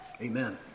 Amen